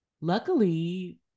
Luckily